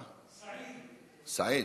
סעיד.